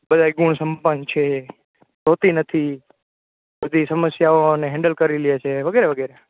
બધાય ગુણ સંપન્ન છે રોતી નથી બધી સમસ્યાઓને હેન્ડલ કરી લે છે વગેરે વગેરે